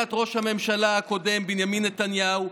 בהנהגת ראש הממשלה הקודם בנימין נתניהו,